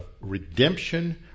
redemption